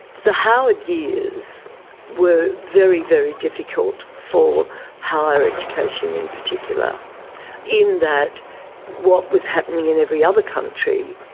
the howard years were very, very difficult for higher education in particular in that what was happening in every other country,